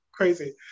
crazy